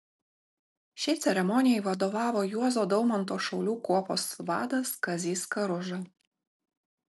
šiai ceremonijai vadovavo juozo daumanto šaulių kuopos vadas kazys karuža